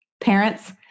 Parents